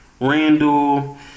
randall